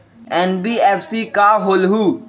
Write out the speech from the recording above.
NBFC का होलहु?